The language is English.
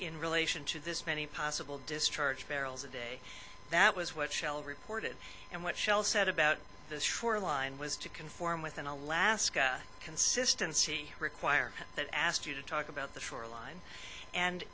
in relation to this many possible discharge barrels a day that was what shell reported and what shell said about the shoreline was to conform with an alaska consistency require that asked you to talk about the shoreline and